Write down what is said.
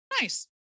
Nice